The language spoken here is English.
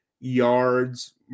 yards